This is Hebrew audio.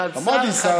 אחד שר,